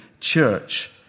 church